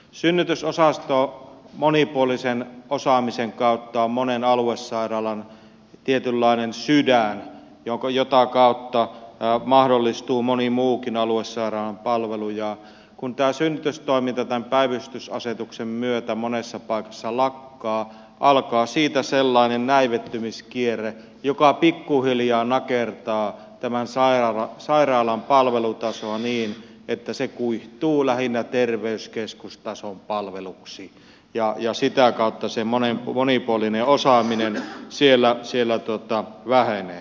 synnytysosasto monipuolisen osaamisen kautta on monen aluesairaalan tietynlainen sydän jota kautta mahdollistuu moni muukin aluesairaalan palvelu ja kun tämä synnytystoiminta tämän päivystysasetuksen myötä monessa paikassa lakkaa alkaa siitä sellainen näivettymiskierre joka pikkuhiljaa nakertaa tämän sairaalan palvelutasoa niin että se kuihtuu lähinnä terveyskeskustason palveluksi ja sitä kautta se monipuolinen osaaminen siellä vähenee